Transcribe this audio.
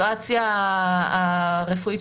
הסיטואציה טראומתית,